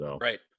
Right